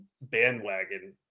bandwagon